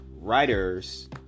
writers